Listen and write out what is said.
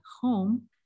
home